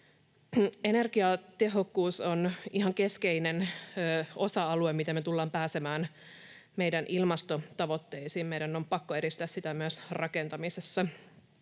Energiatehokkuus on ihan keskeinen osa-alue siinä, miten me tullaan pääsemään meidän ilmastotavoitteisiin. Meidän on pakko edistää sitä myös rakentamisessa.